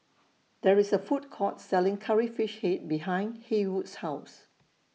There IS A Food Court Selling Curry Fish Head behind Haywood's House